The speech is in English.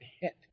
hit